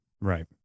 right